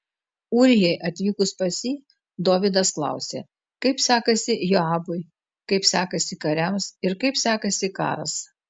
ūrijai atvykus pas jį dovydas klausė kaip sekasi joabui kaip sekasi kariams ir kaip sekasi karas